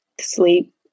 Sleep